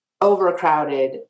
overcrowded